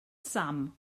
sam